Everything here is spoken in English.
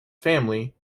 family